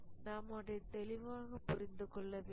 நாம் ஒன்றை தெளிவாக புரிந்துகொள்ள வேண்டும்